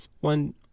One